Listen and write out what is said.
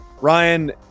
Ryan